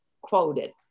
quoted